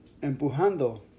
empujando